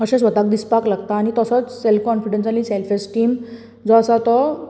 अशें स्वताक दिसपाक लागता आनी तो तसोच सेल्फ काॅन्फिडन्स आनी सेल्फ एस्टीम जो आसा तो